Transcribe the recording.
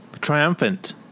triumphant